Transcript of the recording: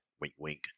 wink-wink